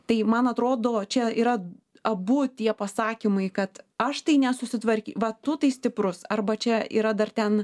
tai man atrodo čia yra abu tie pasakymai kad aš tai nesusitvar va tu tai stiprus arba čia yra dar ten